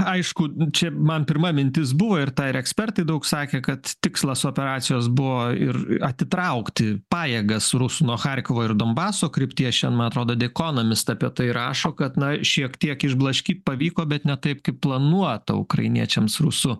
aišku čia man pirma mintis buvo ir tą ir ekspertai daug sakė kad tikslas operacijos buvo ir atitraukti pajėgas rusų nuo charkovo ir donbaso krypties šian man atrodo vekonomist apie tai rašo kad na šiek tiek išblaškyt pavyko bet ne taip kaip planuota ukrainiečiams rusų